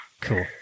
Cool